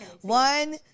One